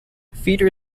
feeder